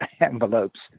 envelopes